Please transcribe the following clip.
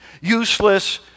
useless